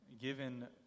given